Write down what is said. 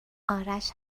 آرش